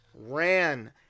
Ran